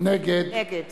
נגד